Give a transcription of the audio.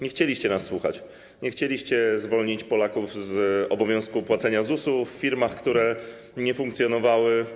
Nie chcieliście nas słuchać, nie chcieliście zwolnić Polaków z obowiązku opłacania składek ZUS w firmach, które nie funkcjonowały.